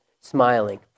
smiling